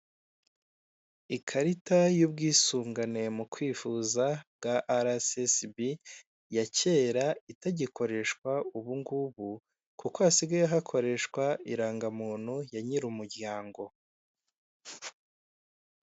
Ikarita y'ubwisungane mu kwivuza bwa arasesibi ya kera itagikoreshwa ubungubu, kuko hasigaye hakoreshwa irangamuntu ya nyir'umuryango.